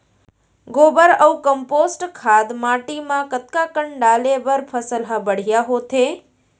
गोबर अऊ कम्पोस्ट खाद माटी म कतका कन डाले बर फसल ह बढ़िया होथे?